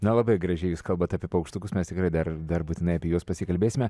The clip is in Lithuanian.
na labai gražiai jūs kalbat apie paukštukus mes tikrai dar dar būtinai apie juos pasikalbėsime